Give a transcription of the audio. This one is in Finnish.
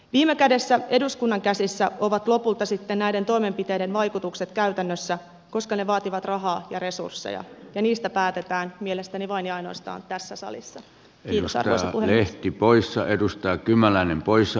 viime kädessä eduskunnan käsissä ovat lopulta sitten näiden toimenpiteiden vaikutukset käytännössä koska ne vaativat rahaa ja resursseja ja niistä päätetään mielestäni vain ja ainoastaan tässä salissa ja sarasalo ehti poissa edustaa kymäläinen poissa